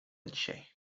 dzisiaj